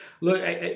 Look